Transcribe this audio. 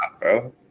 bro